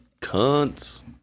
cunts